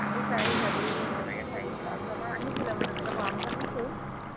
আহিছে আহিছে দুই এক তেনেকৈ চাৰি পাঁচজনমান আহিছিলে মই তেনেকৈ পৰামৰ্শ দিছোঁ